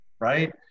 right